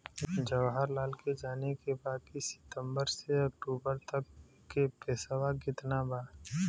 जवाहिर लाल के जाने के बा की सितंबर से अक्टूबर तक के पेसवा कितना बा?